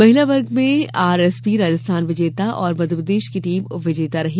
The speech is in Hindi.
महिला वर्ग में आरएसबी राजस्थान विजेता और मध्यप्रदेश की टीम उप विजेता रही